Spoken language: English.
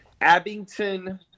Abington